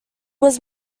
was